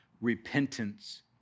repentance